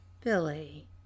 Billy